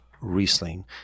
Riesling